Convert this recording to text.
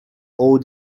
all